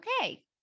okay